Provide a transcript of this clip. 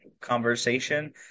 conversation